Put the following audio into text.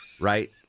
right